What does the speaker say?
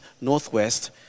northwest